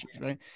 right